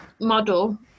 model